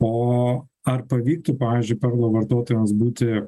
o ar pavyktų pavyzdžiui perlo vartotojams būti